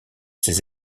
ces